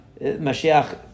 Mashiach